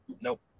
Nope